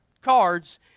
cards